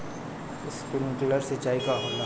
Sprinkler सिंचाई का होला?